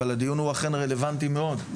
אבל הוא רלוונטי מאוד.